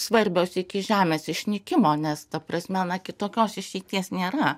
svarbios iki žemės išnykimo nes ta prasme na kitokios išeities nėra